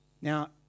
Now